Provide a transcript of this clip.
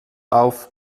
auf